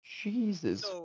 jesus